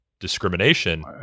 discrimination